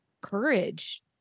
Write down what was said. courage